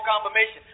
confirmation